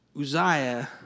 Uzziah